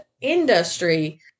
industry